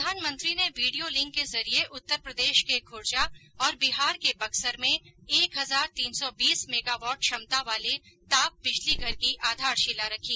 प्रधानमंत्री ने video link के जरिये उत्तरप्रदेश के खुर्जा और बिहार के बक्सर में एक हजार तीन सौ बीस मेगावाट क्षमता वाले ताप बिजली घर की आधारशिला रखी